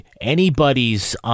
anybody's